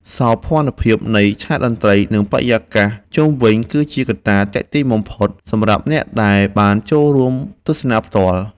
សោភ័ណភាពនៃឆាកតន្ត្រី និង បរិយាកាសជុំវិញគឺជាកត្តាទាក់ទាញបំផុតសម្រាប់អ្នកដែលបានចូលរួមទស្សនាផ្ទាល់។